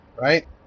right